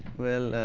well,